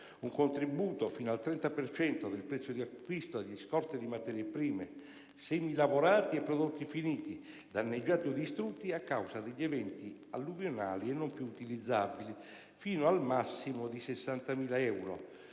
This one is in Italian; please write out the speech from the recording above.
un contributo fino al 30 per cento del prezzo di acquisto di scorte di materie prime, semilavorati e prodotti finiti, danneggiati o distrutti a causa degli eventi alluvionali e noi più utilizzabili, fino ad un massimo di 60.000 euro;